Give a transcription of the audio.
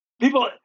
people